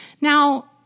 Now